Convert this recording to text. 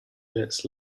minutes